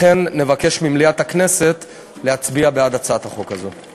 לכן נבקש ממליאת הכנסת להצביע בעד הצעת החוק הזאת.